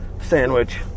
Sandwich